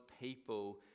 people